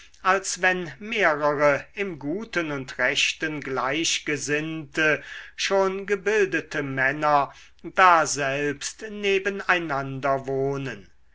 als wenn mehrere im guten und rechten gleichgesinnte schon gebildete männer daselbst neben einander wohnen